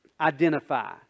identify